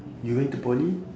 you went to poly